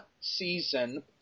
season